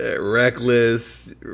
reckless